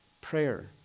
prayer